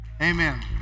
Amen